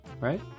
Right